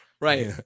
Right